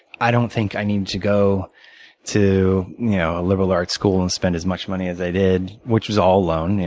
i don't think i need to go to you know a liberal arts school and spend as much money as i did, which was all loans.